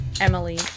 Emily